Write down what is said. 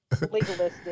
legalistic